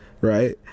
right